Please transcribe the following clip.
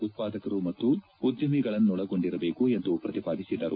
ಉತ್ಪಾದಕರು ಮತ್ತು ಉದ್ದಮಿಗಳನ್ನೊಳಗೊಂಡಿರಬೇಕು ಎಂದು ಪ್ರತಿಪಾದಿಸಿದರು